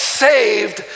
saved